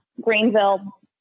Greenville